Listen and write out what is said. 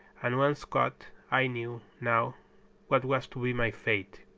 and once caught i knew now what was to be my fate.